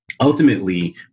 ultimately